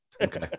Okay